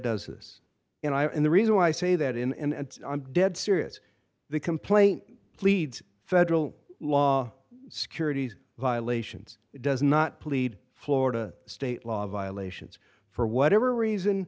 this and i and the reason why i say that in and i'm dead serious the complaint pleads federal law securities violations does not plead florida state law violations for whatever reason